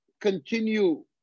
continue